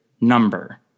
number